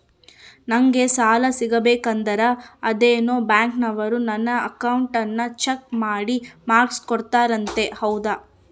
ನಂಗೆ ಸಾಲ ಸಿಗಬೇಕಂದರ ಅದೇನೋ ಬ್ಯಾಂಕನವರು ನನ್ನ ಅಕೌಂಟನ್ನ ಚೆಕ್ ಮಾಡಿ ಮಾರ್ಕ್ಸ್ ಕೋಡ್ತಾರಂತೆ ಹೌದಾ?